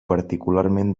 particularment